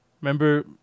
Remember